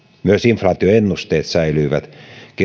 myös inflaatioennusteet säilyivät